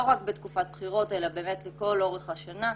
לא רק בתקופת בחירות אלא באמת לכל אורך השנה,